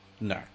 no